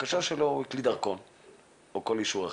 בבקשה שלו הוא הקליד דרכון או כל אישור אחר.